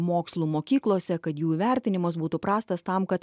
mokslų mokyklose kad jų įvertinimas būtų prastas tam kad